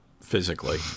physically